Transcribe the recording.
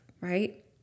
right